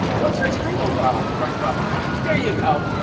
what's your title, though? director of operations. there you go,